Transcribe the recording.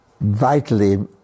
vitally